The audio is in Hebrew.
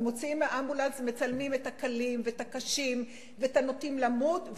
ומוציאים מהאמבולנס ומצלמים את הקלים ואת הקשים ואת הנוטים למות,